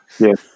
Yes